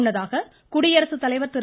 முன்னதாக குடியரசுத்தலைவர் திரு